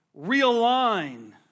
realign